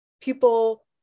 people